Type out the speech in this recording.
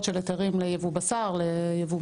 סעיף 22